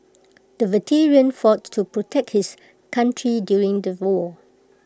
the veteran fought to protect his country during the war